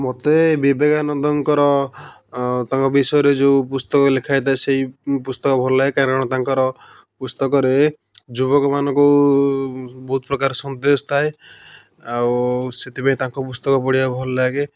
ମୋତେ ବିବେକାନନ୍ଦଙ୍କର ତାଙ୍କ ବିଷୟରେ ଯୋଉ ପୁସ୍ତକ ଲେଖାଯାଇ ଥାଏ ସେଇ ପୁସ୍ତକ ଭଲଲାଗେ କାରଣ ତାଙ୍କର ପୁସ୍ତକରେ ଯୁବକ ମାନଙ୍କୁ ବହୁତ ପ୍ରକାର ସନ୍ଦେଶ ଥାଏ ଆଉ ସେଥିପାଇଁ ତାଙ୍କ ପୁସ୍ତକ ପଢ଼ିବାକୁ ଭଲଲାଗେ